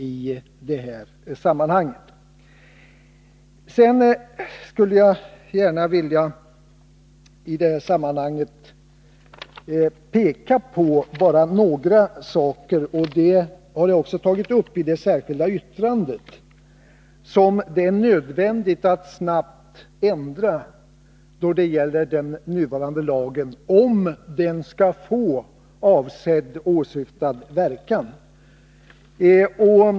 I det här sammanhanget skulle jag vilja påpeka ett par saker — och det har jag tagit uppi det särskilda yttrandet —som det är nödvändigt att snabbt ändra 61 då det gäller den nuvarande lagen, om den skall få avsedd verkan.